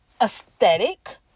aesthetic